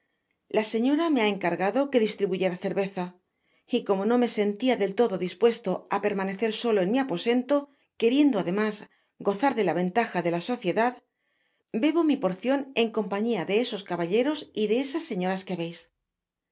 la señora me ha encargado que distribuyera cerveza y como no me sentia del todo dispuesto á pennanecer solo en mi aposento queriendo además gozar de la ventaja de la sociedad bebo mi porcion en compañia de esos caballeros y de esas señoras que veis